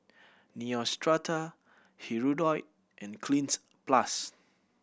Neostrata Hirudoid and Cleanz Plus